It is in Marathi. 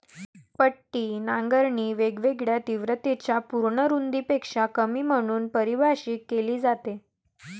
पट्टी नांगरणी वेगवेगळ्या तीव्रतेच्या पूर्ण रुंदीपेक्षा कमी म्हणून परिभाषित केली जाते